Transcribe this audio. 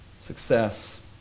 success